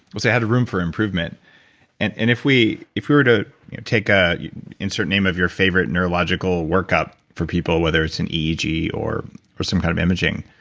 well see i had room for improvement and and if we if we were to take, ah insert name of your favorite neurological workup for people whether it's an or or some kind of imaging,